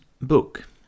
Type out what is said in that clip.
book